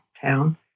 town